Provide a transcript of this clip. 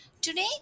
Today